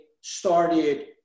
started